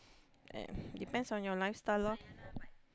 and depends on your lifestyle lor